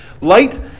Light